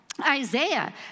Isaiah